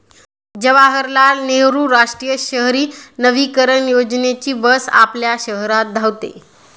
जवाहरलाल नेहरू राष्ट्रीय शहरी नवीकरण योजनेची बस आपल्या शहरात धावते